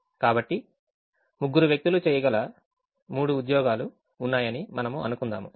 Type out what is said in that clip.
కాబట్టి ముగ్గురు వ్యక్తులు చేయగల మూడు ఉద్యోగాలు ఉన్నాయని మనము అనుకుందాము